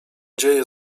dzieje